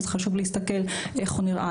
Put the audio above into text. חשוב להסתכל איך הוא נראה,